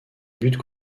but